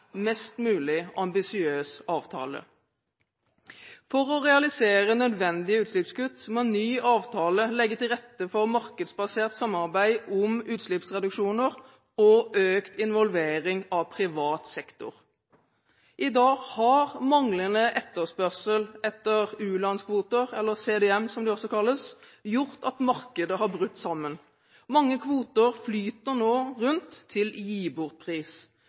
mest mulig ambisiøs avtale. For å realisere nødvendige utslippskutt må en ny avtale legge til rette for markedsbasert samarbeid om utslippsreduksjoner og økt involvering av privat sektor. I dag har manglende etterspørsel etter u-landskvoter, eller CDM som de også kalles, gjort at markedet har brutt sammen. Mange kvoter flyter nå rundt til gibortpris.